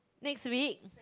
next week